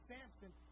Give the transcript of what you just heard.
Samson